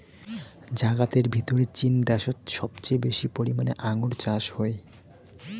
জাগাতের ভিতরে চীন দ্যাশোত সবচেয়ে বেশি পরিমানে আঙ্গুর চাষ হই